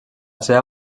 seva